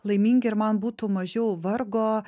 laimingi ir man būtų mažiau vargo